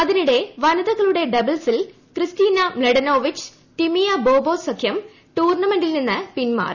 അതിനിടെ വനിതകളുടെ ഡബിൾസിൽ ക്രിസ്റ്റീന മ്ലഡെനോവിച്ച് ടിമിയ ബാബോസ് സഖ്യം ടൂർണമെന്റിൽ നിന്ന് പിൻമാറി